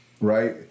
right